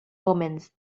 omens